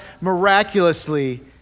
Miraculously